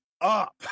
up